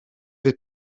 fydd